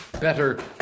Better